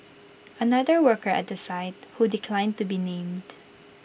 another worker at the site who declined to be named